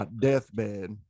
deathbed